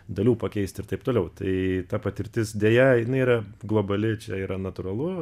dalių pakeisti ir taip toliau tai ta patirtis deja jinai yra globali čia yra natūralu